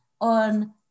on